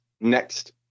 next